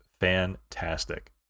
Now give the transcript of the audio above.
fantastic